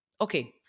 okay